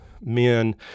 men